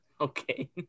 okay